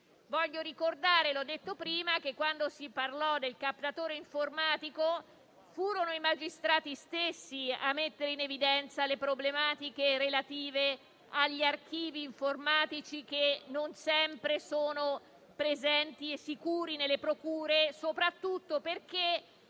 Voglio ricordare - l'ho detto prima - che, quando si parlò del captatore informatico, furono i magistrati stessi a mettere in evidenza le problematiche relative agli archivi informatici, poiché non sempre sono presenti e sicuri nelle procure, soprattutto perché